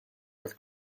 with